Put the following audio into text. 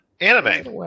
Anime